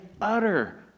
utter